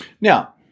Now